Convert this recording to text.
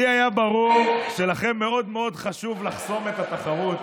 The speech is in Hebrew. לי היה ברור שלכם מאוד מאוד חשוב לחסום את התחרות,